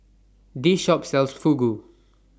This Shop sells Fugu